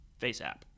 FaceApp